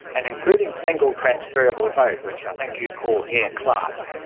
and including single transferable vote, which i think you call hare-clark,